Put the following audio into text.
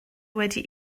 wedi